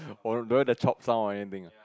oh don't have the chop sound or anything ah